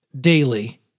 daily